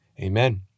amen